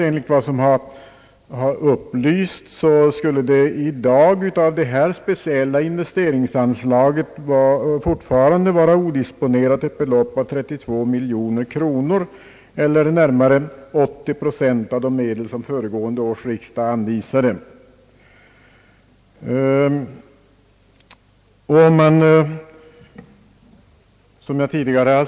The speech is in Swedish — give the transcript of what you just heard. Enligt vad som har upplysts skulle i dag av detta speciella investeringsanslag fortfarande vara odisponerat ett belopp av 32 miljoner kronor eller när gående års riksdag anvisade.